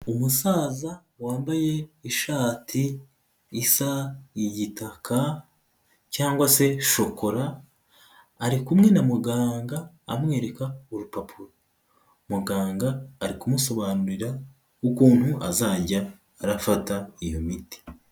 Umusaza wambaye ishati isa igitaka cyangwa se shokora ari kumwe na muganga amwereka urupapuro. Muganga arikumusobanurira ukuntu azajya arafata iyo miti.